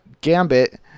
gambit